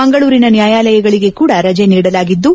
ಮಂಗಳೂರಿನ ನ್ಯಾಯಾಲಯಗಳಿಗೆ ಕೂಡ ರಜೆ ನೀಡಲಾಗಿದ್ದು